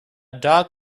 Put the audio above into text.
dog